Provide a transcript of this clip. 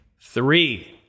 three